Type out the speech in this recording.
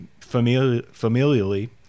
familially